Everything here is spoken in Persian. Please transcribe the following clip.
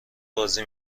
بازی